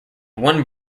one